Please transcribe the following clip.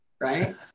Right